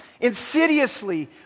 insidiously